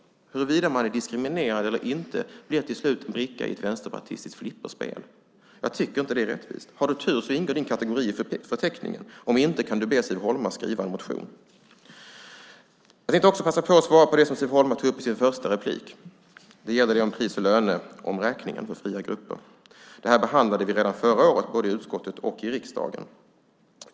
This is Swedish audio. Huruvida man är diskriminerad eller inte blir till slut en bricka i ett vänsterpartistiskt flipperspel. Jag tycker inte att det är rättvist. Om du har tur ingår din kategori i förteckningen, om inte kan du be Siv Holma skriva en motion. Jag vill också passa på att svara på det som Siv Holma tog upp i sin första replik, och det gäller pris och löneomräkningen för fria grupper. Det här behandlade vi redan förra året både i utskottet och i riksdagen.